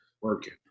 Working